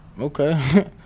Okay